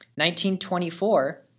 1924